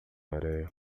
areia